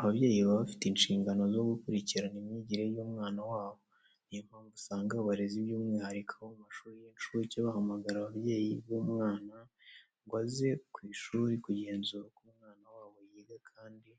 Ababyeyi baba bafite inshingano zo gukurikirana imyigire y'umwana wabo. Ni yo mpamvu usanga abarezi by'umwihariko abo mu mashuri y'incuke bahamagara ababyeyi b'umwana ngo baze ku ishuri kugenzura uko umwana wabo yiga kandi